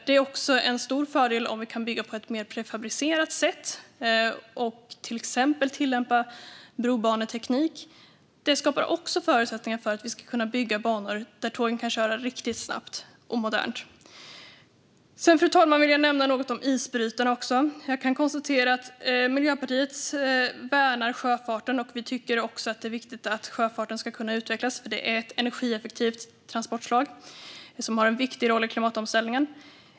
Det är också en stor fördel om vi kan bygga på ett mer prefabricerat sätt och till exempel tillämpa brobaneteknik. Det skapar förutsättningar för att vi ska kunna bygga banor där tågen kan köra riktigt snabbt och modernt. Fru talman! Jag vill även nämna något om isbrytarna. Jag kan konstatera att Miljöpartiet värnar sjöfarten och att vi tycker att det är viktigt att den ska kunna utvecklas. Sjöfarten är ett energieffektivt transportslag som har en viktig roll i klimatomställningen.